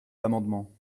l’amendement